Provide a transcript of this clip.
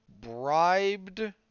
bribed